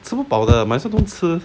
吃不饱的 myself 不吃